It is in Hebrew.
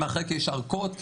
כי יש ארכות.